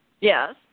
Yes